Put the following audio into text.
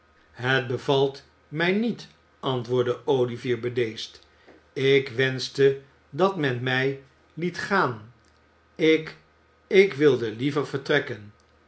het bevalt mij niet antwoordde olivier i bedeesd ik wenschtte dat men mij liet gaan ik ik wilde liever vertrekken